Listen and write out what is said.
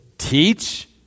Teach